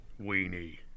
weenie